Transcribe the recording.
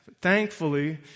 Thankfully